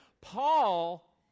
Paul